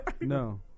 No